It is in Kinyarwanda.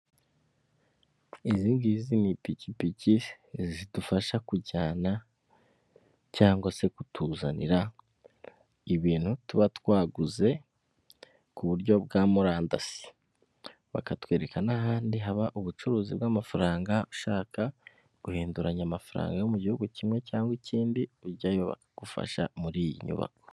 izi zingi ni imipikipiki zidufasha kujyana cyangwa se kutuzanira ibintu tuba twaguze ku buryo bwa murandasi, bakatwereka n'ahandi haba ubucuruzi bw'amafaranga ushaka guhinduranya amafaranga yo mu gihugu kimwe cyangwa ikindi ujyayo bakagufasha muri iyi nyubako.